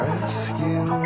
Rescue